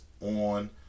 on